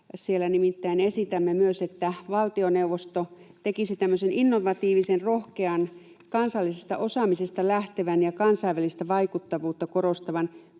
Siellä nimittäin esitämme myös, että valtioneuvosto tekisi tämmöisen innovatiivisen, rohkean, kansallisesta osaamisesta lähtevän ja kansainvälistä vaikuttavuutta korostavan